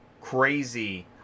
crazy